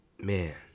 man